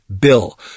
Bill